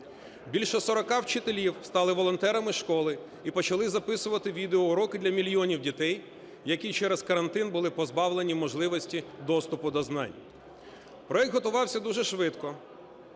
Більше 40 вчителів стали волонтерами школи і почали записувати відеоуроки для мільйонів дітей, які через карантин були позбавлені можливості доступу до знань. Проект готувався дуже швидко,